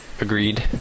Agreed